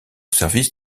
service